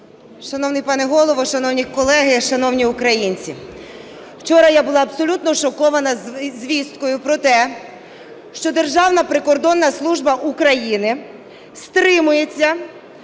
Шановний пане Голово, шановні колеги, шановні українці! Вчора я була абсолютно шокована звісткою про те, що Державна прикордонна служба України стримується